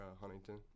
Huntington